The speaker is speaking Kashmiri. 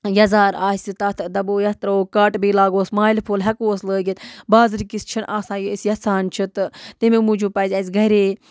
یَزار آسہِ تَتھ دَپو یَتھ تروو کَٹ بیٚیہِ لاگوس مالہِ پھوٚل ہٮ۪کوس لٲگِتھ بازرٕ کِس چھِنہٕ آسان یہِ أسۍ یَژھان چھِ تہٕ تَمے موٗجوٗب پَزِ اَسہِ گَرے